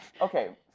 Okay